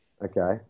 Okay